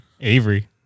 avery